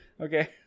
Okay